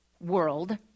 world